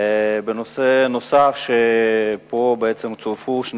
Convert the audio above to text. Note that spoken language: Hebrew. בנושא נוסף, פה בעצם צורפו שתי